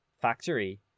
factory